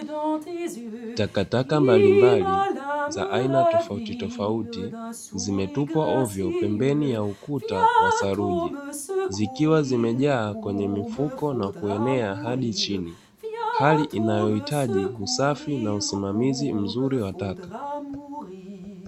Takataka mbalimbali za aina tofauti tofauti zimetupwa ovyo pembeni ya ukuta wa theluji zikiwa zimejaa kwenye mifuko na kuenea hadi chini, hali inayohitaji usafi na usimamizi mzuri wa taka.